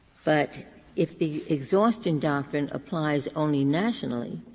but if the exhaustion doctrine applies only nationally,